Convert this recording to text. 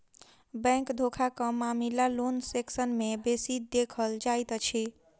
bank धोखाक मामिला loan section मे बेसी देखल जाइत अछि